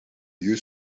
lieu